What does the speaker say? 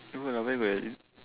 where got where got like that